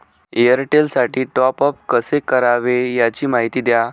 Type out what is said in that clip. एअरटेलसाठी टॉपअप कसे करावे? याची माहिती द्या